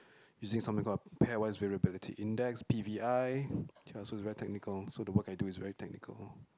using something called pairwise variability index P_V_I okay so it's very technical so the work I do is very technical